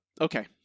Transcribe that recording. Okay